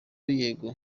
yego